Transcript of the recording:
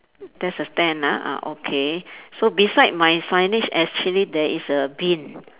there's a stand ah ah okay so beside my signage actually there is a bin